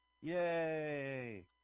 Yay